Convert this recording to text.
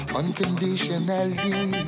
unconditionally